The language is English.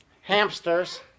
hamsters